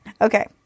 Okay